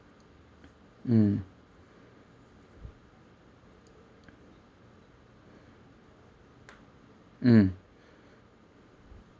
mm mm